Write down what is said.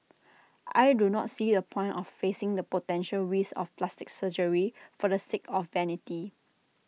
I do not see the point of facing the potential risks of plastic surgery for the sake of vanity